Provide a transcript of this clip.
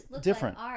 different